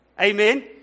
Amen